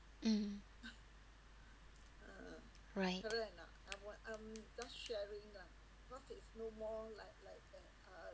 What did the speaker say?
mm right